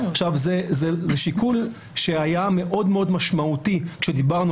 זה שיקול שהיה מאוד מאוד משמעותי כשדיברנו